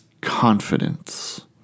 confidence